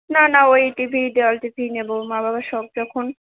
না না ওই টি ভি দেওয়াল টিভিই নেব মা বাবার শখ যখন